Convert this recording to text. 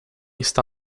está